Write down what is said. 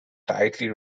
tightly